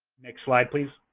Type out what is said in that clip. next slide, please.